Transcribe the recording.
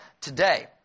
today